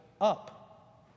up